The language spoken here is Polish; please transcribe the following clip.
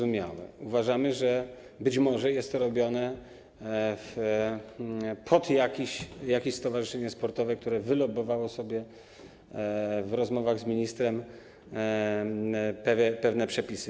Uważamy, że być może jest to robione pod jakieś stowarzyszenie sportowe, które wylobbowało sobie w rozmowach z ministrem pewne przepisy.